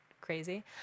crazy